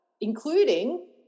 including